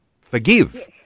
forgive